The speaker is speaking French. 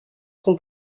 son